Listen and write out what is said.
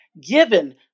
given